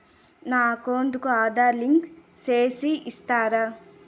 నా అకౌంట్ కు ఆధార్ లింకు సేసి ఇస్తారా?